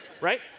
Right